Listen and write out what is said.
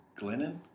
Glennon